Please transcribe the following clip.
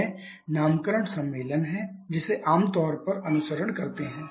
यह नामकरण सम्मेलन है जिसे हम आमतौर पर अनुसरण करते हैं